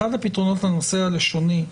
אחד הפתרונות בנושא הלשוני,